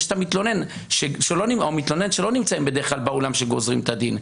יש את המתלונן שלא נמצא בדרך כלל באולם כשגוזרים את הדין,